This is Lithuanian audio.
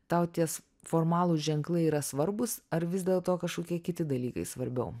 tau ties formalūs ženklai yra svarbūs ar vis dėlto kažkokie kiti dalykai svarbiau